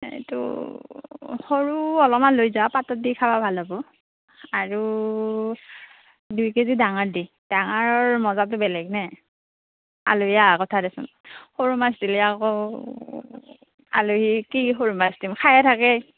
এইটো সৰু অলপমান লৈ যাওঁ পাতত দি খাব ভাল হ'ব আৰু দুই কেজি ডাঙৰ দি ডাঙৰৰ মজাটো বেলেগ নে আলহী অহা কথা দেছোন সৰু মাছ দিলে আকৌ আলহীক কি সৰু মাছ দিম খাইয়ে থাকে